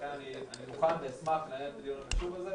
לכן אני מוכן ואשמח לנהל את הדיון החשוב הזה.